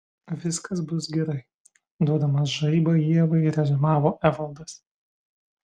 viskas bus gerai duodamas žaibą ievai reziumavo evaldas